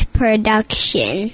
production